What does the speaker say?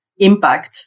impact